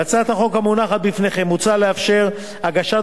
בהצעת החוק המונחת בפניכם מוצע לאפשר הגשת